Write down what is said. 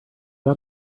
got